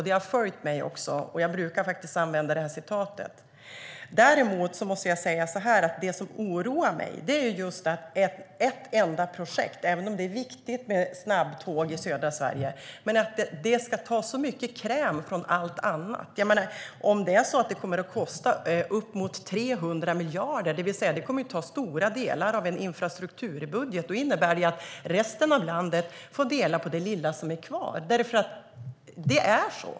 Det har följt mig, och jag brukar faktiskt använda det. Däremot måste jag säga att det som oroar mig är att ett enda projekt, även om det är viktigt med snabbtåg i södra Sverige, ska ta så mycket kräm från allt annat. Om det är så att det kommer att kosta uppemot 300 miljarder, det vill säga att det kommer att ta stora delar av infrastrukturbudgeten, innebär det ju att resten av landet får dela på det lilla som blir kvar för att det är så.